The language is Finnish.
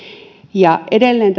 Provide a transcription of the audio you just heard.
ja edelleen